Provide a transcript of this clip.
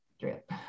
drip